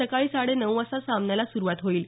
सकाळी साडे नऊ वाजता सामन्याला सुरुवात होईल